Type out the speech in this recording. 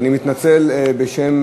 אז אני מתנצל בשם